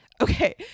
Okay